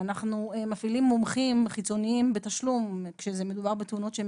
אנחנו מפעילים מומחים חיצוניים בתשלום כשמדובר בתאונות שהן